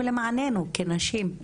ולמעננו כנשים,